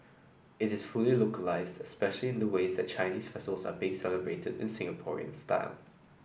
it is fully localised especially in the ways that Chinese festivals are being celebrated in Singaporean style